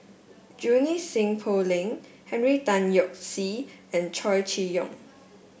Junie Sng Poh Leng Henry Tan Yoke See and Chow Chee Yong